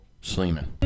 Sleeman